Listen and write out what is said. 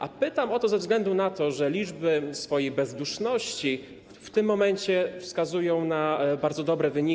A pytam o to ze względu na to, że liczby w swojej bezduszności w tym momencie wskazują na bardzo dobre wyniki.